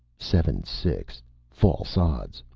seven six. false odds,